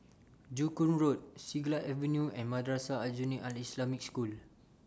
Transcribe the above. Joo Koon Road Siglap Avenue and Madrasah Aljunied Al Islamic School